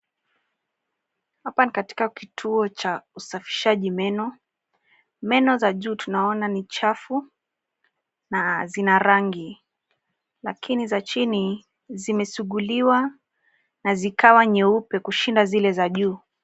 Hapa ni katika kituo cha usafishaji meno. Meno za juu tunaona ni chafu na zina rangi lakini za chini zimesuguliwa na zikawa nyeupe kushinda zile za juu.